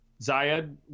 Zayed